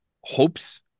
hopes